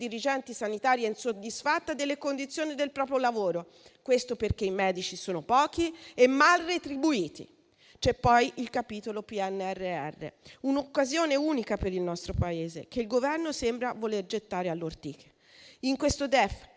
dirigenti sanitari, è insoddisfatta delle condizioni del proprio lavoro, perché i medici sono pochi e mal retribuiti. C'è poi il capitolo PNRR: un'occasione unica per il nostro Paese, che il Governo sembra voler gettare alle ortiche. In questo DEF